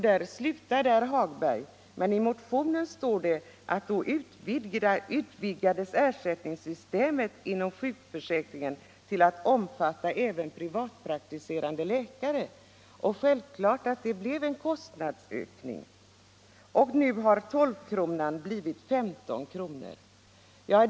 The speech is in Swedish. Där slutade herr Hagberg citera, men i motionen står det också att då ”—-—-—- utvidgades ersättningssystemet inom sjukförsäkringen till att omfatta även privatpraktiserande läkare.” Självfallet blev det då en kostnadsökning. Nu har tolvkronan blivit femtonkronan.